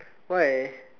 why